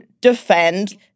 defend